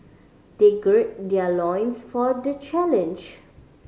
they girl their loins for the challenge